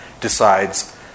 decides